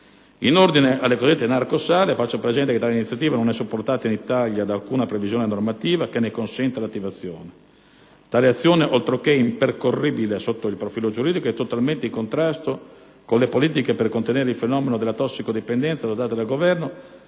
delle cosiddette narcosale, faccio presente che tale iniziativa non è supportata in Italia da alcuna previsione normativa che ne consenta l'attivazione. Tale azione, oltre che impercorribile sotto il profilo giuridico, è totalmente in contrasto con le politiche per contenere il fenomeno della tossicodipendenza adottate dal Governo